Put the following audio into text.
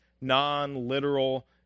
non-literal